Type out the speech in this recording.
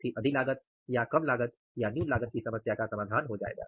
फिर अधि लागत या कम लागत की समस्या का समाधान हो जायेगा